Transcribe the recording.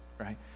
right